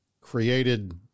created